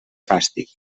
fàstic